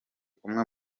kumwe